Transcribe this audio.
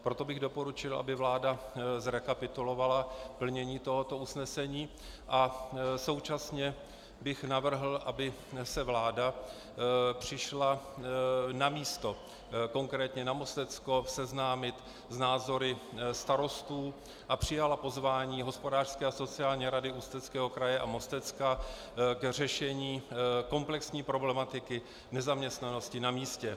Proto bych doporučil, aby vláda zrekapitulovala plnění tohoto usnesení, a současně bych navrhl, aby se vláda přišla na místo, konkrétně na Mostecko, seznámit s názory starostů a přijala pozvání Hospodářské a sociální rady Ústeckého kraje a Mostecka k řešení komplexní problematiky nezaměstnanosti na místě.